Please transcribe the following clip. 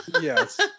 Yes